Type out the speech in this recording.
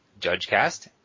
JudgeCast